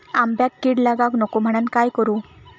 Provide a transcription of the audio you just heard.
आंब्यक कीड लागाक नको म्हनान काय करू?